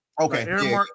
Okay